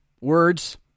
words